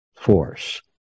force